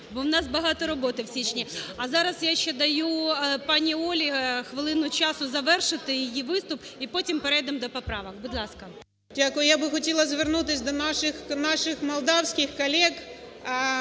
бо у нас багато роботи в січні. А зараз я ще даю пані Олі хвилину часу завершити її виступ і потім перейдемо до поправок. Будь ласка. 13:51:39 БОГОМОЛЕЦЬ О.В. Дякую. Я би хотіла звернутися до наших молдавських колег.